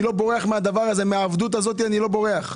אני לא בורח מהדבר הזה, מהעבדות הזאת אני לא בורח,